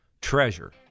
treasure